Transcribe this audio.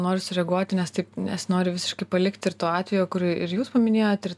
noriu sureaguoti nes taip nesinori visiškai palikti ir to atvejo kur ir jūs paminėjot ir